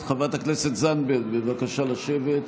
חברת הכנסת זנדברג, בבקשה לשבת.